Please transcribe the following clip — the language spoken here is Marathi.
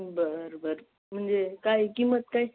बरं बरं म्हणजे काय किंमत काय